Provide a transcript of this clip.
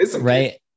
right